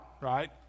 right